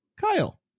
Kyle